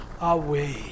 away